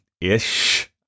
ish